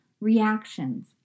reactions